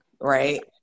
right